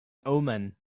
omen